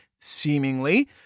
seemingly